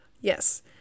Yes